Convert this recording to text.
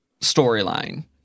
storyline